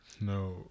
no